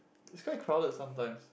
is quite crowded sometimes